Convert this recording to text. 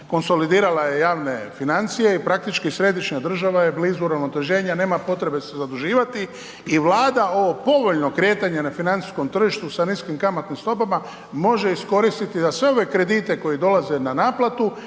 konsolidirala je javne financije i praktički središnja država je blizu uravnoteženja, nema potrebe se zaduživati i Vlada ovo povoljno kretanje na financijskom tržištu sa niskim kamatnim stopama može iskoristiti za sve ove kredite koji dolaze na naplatu